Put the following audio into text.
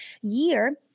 year